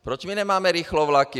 Proč nemáme rychlovlaky?